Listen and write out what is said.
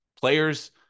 Players